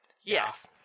Yes